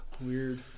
Weird